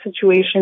situation